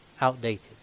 outdated